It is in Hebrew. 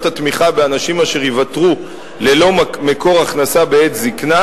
התמיכה באנשים אשר ייוותרו ללא מקור הכנסה בעת זיקנה,